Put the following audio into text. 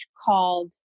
called